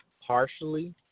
partially